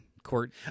Court